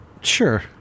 Sure